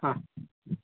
ہاں